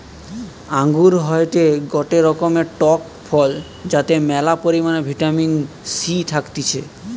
আঙ্গুর হয়টে গটে রকমের টক ফল যাতে ম্যালা পরিমাণে ভিটামিন সি থাকতিছে